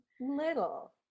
little